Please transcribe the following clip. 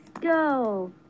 go